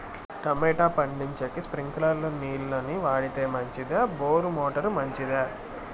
Tomato పండించేకి స్ప్రింక్లర్లు నీళ్ళ ని వాడితే మంచిదా బోరు మోటారు మంచిదా?